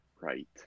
right